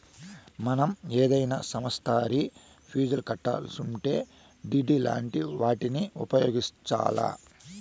మనం ఏదైనా సమస్తరి ఫీజు కట్టాలిసుంటే డిడి లాంటి వాటిని ఉపయోగించాల్ల